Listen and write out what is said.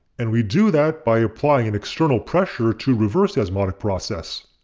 and we do that by applying an external pressure to reverse the osmotic process.